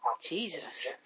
Jesus